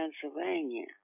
Pennsylvania